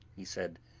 he said.